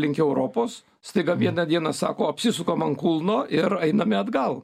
link europos staiga vieną dieną sako apsisukam ant kulno ir einame atgal